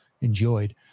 enjoyed